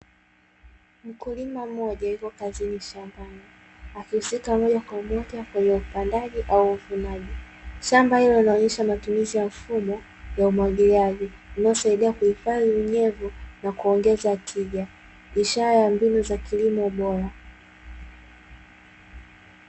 Mkulima mmoja yupo kazini shambani akihusika moja kwa moja kwenye upandaji au uvunaji, shamba hili linaloonesha matumizi ya mfumo ya umwagiliaji unaosaidia kuhifadhi unyevu na kuongeza tija, ishara ya mbinu za kilimo bora.